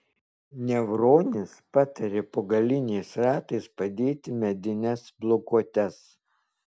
nevronis patarė po galiniais ratais padėti medines blokuotes